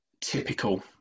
typical